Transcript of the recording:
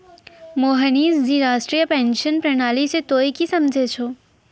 मोहनीश जी राष्ट्रीय पेंशन प्रणाली से तोंय की समझै छौं